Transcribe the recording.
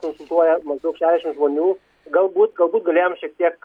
konsultuoja maždaug šešdešim žmonių galbūt galbūt galėjom šiek tiek